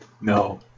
No